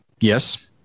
yes